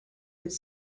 could